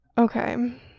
Okay